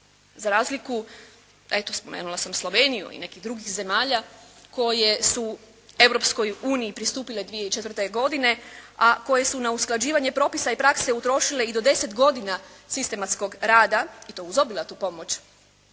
za razliku eto spomenula sam Sloveniju i nekih drugih zemalja koje su Europskoj uniji pristupile 2004. godine, a koje su na usklađivanje propisa i prakse utrošile i do 10 godina sistematskog rada i to uz obilatu pomoć